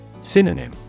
Synonym